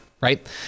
right